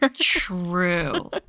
True